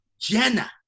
Jenna